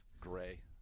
gray